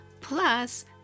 Plus